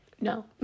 No